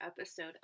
episode